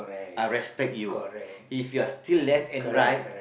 I'll respect you if you're still left and right